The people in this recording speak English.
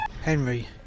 Henry